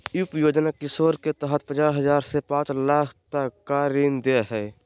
उप योजना किशोर के तहत पचास हजार से पांच लाख तक का ऋण दे हइ